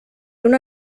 una